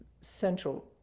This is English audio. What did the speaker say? central